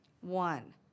One